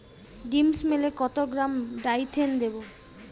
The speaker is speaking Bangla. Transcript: ডিস্মেলে কত গ্রাম ডাইথেন দেবো?